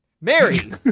Mary